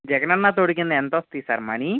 జగన్ అన్న తోడు కింద ఎంత వస్తాయి సార్ మనీ